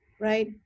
right